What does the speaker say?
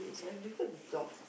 like difficult to talk